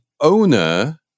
owner